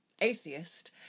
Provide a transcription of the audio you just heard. atheist